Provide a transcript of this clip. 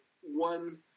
one